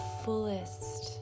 fullest